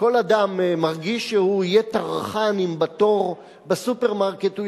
כל אדם מרגיש שהוא יהיה טרחן אם בתור בסופרמרקט הוא